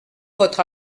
votre